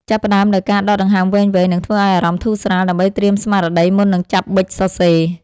ចាប់ផ្ដើមដោយការដកដង្ហើមវែងៗ និងធ្វើឱ្យអារម្មណ៍ធូរស្រាល ដើម្បីត្រៀមស្មារតីមុននឹងចាប់ប៊ិចសរសេរ។